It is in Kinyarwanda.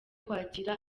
kwakira